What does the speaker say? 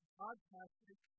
podcasting